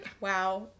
Wow